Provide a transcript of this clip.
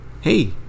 hey